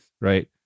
right